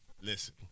Listen